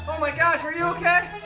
my gosh are you ok?